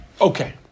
Okay